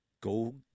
go